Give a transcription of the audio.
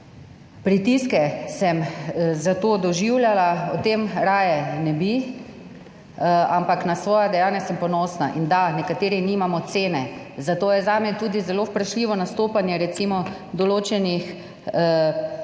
pritiske sem za to doživljala, o tem raje ne bi, ampak na svoja dejanja sem ponosna. In da, nekateri nimamo cene, zato je zame tudi zelo vprašljivo nastopanje recimo določenih strokovnjakov,